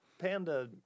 panda